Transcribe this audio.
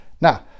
Now